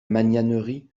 magnanerie